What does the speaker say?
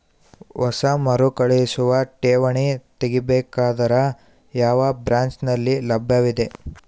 ಹೊಸ ಮರುಕಳಿಸುವ ಠೇವಣಿ ತೇಗಿ ಬೇಕಾದರ ಯಾವ ಬ್ರಾಂಚ್ ನಲ್ಲಿ ಲಭ್ಯವಿದೆ?